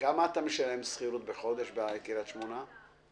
מה גובה השכירות שאתה משלם בחודש בקריית שמונה?